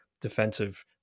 defensive